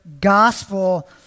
gospel